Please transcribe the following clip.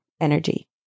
energy